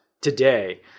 today